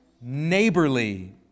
neighborly